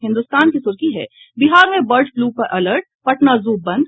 हिन्दुस्तान की सुर्खी है बिहार में बर्ड फलू पर अलर्ट पटना जू बंद